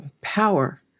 power